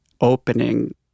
opening